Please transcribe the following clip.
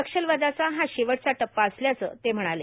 नक्षलवादाचा हा शेवटचा टप्पा असल्याचं ते म्हणाले